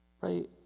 Right